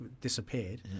disappeared